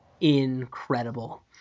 incredible